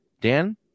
dan